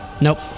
Nope